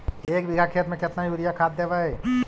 एक बिघा खेत में केतना युरिया खाद देवै?